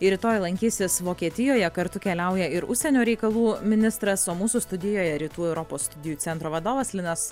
ir rytoj lankysis vokietijoje kartu keliauja ir užsienio reikalų ministras o mūsų studijoje rytų europos studijų centro vadovas linas